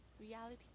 reality